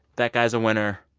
that guy's a winner.